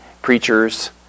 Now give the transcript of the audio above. preachers